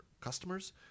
customers